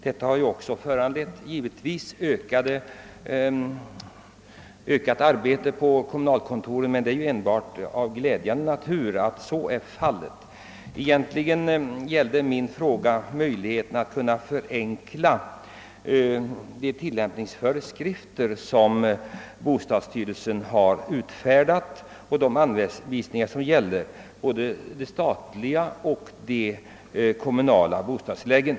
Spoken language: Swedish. Detta har givetvis föranlett ökat arbete på kommunalkontoren, men det är enbart glädjande att så är fallet i berörda fall. Egentligen gällde min fråga möjligheterna att förenkla de tillämpningsföreskrifter som bostadsstyrelsen har utfärdat och de anvisningar som i öÖövrigt gäller för både de statliga och de kommunala bostadstilläggen.